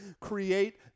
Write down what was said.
create